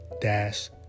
dash